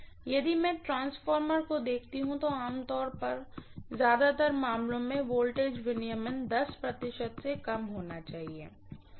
यदि मैं एक ट्रांसफार्मर को देखती हूँ तो आमतौर पर ज्यादातर मामलों में वोल्टेज रेगुलेशन प्रतिशत से कम होना चाहिए